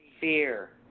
Fear